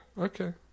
Okay